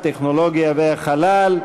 הטכנולוגיה והחלל.